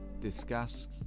discuss